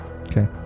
Okay